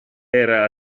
era